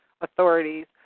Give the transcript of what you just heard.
authorities